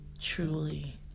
truly